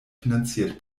finanziert